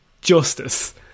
justice